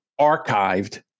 archived